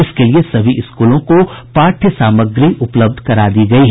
इसके लिए सभी स्कूलों को पाठ्य समाग्री उपलब्ध करा दी गयी है